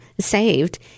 saved